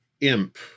Imp